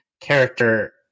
character